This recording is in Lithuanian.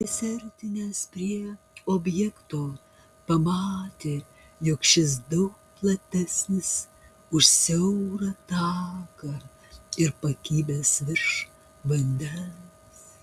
prisiartinęs prie objekto pamatė jog šis daug platesnis už siaurą taką ir pakibęs virš vandens